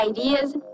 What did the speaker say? ideas